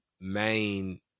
Main